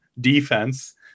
defense